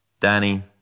Danny